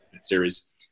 series